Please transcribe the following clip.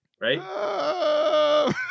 Right